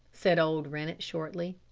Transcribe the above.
said old rennett shortly.